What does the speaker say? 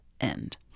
end